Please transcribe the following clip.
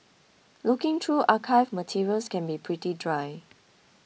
looking through archived materials can be pretty dry